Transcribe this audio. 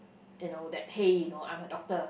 you know that hey you know I'm a doctor